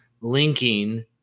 linking